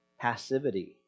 Passivity